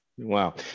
Wow